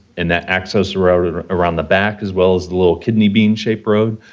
and that access routed around the back as well as the little kidney bean-shaped road.